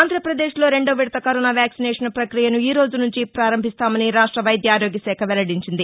ఆంధ్రప్రదేశ్లో రెండో విడత కరోనా టీరా ప్రక్రియ ఈ రోజు నుంచి ప్రారంభిస్తామని రాష్ట వైద్య ఆరోగ్య శాఖ వెల్లడించింది